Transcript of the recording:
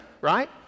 right